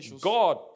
God